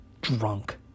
drunk